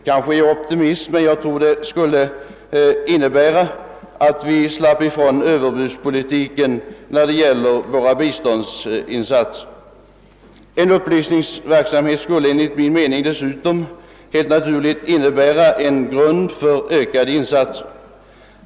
Kanske är jag optimist, men jag tror att en sådan upplysning skulle innebära att vi slapp ifrån överbudspolitiken när det gäller våra biståndsinsatser. En upplysningsverksamhet skulle enligt min mening dessutom innebära en god grund för ökade insatser.